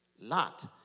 Lot